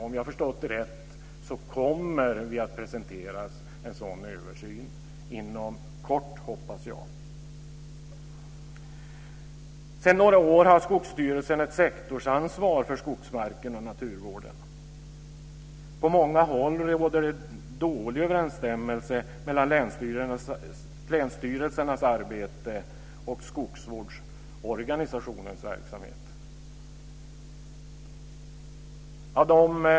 Om jag har förstått det rätt kommer vi att presenteras en sådan översyn inom kort. Det hoppas jag. Sedan några år har Skogsstyrelsen ett sektorsansvar för skogsmarken och naturvården. På många håll råder dålig överensstämmelse mellan länsstyrelsernas arbete och skogsvårdsorganisationens verksamhet.